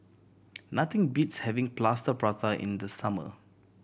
nothing beats having Plaster Prata in the summer